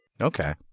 Okay